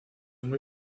muy